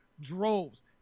droves